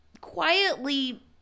quietly